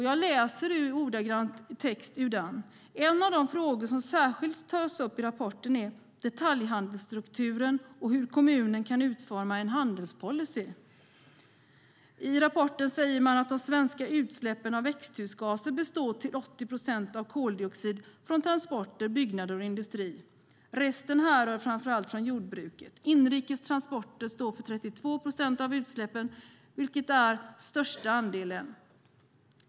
Jag läser ordagrant ur texten i betänkandet: "En av de frågor som särskilt tas upp i rapporten är detaljhandelsstrukturen och hur kommunen kan utforma en handelspolicy." I rapporten säger man att de svenska utsläppen av växthusgaser till 80 procent består av koldioxid från transporter, byggnader och industrier. Resten härrör framför allt från jordbruket. Inrikes transporter står för 32 procent av utsläppen, vilket är den största andelen.